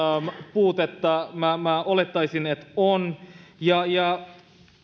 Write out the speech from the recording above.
puutetta minä olettaisin että on ja ja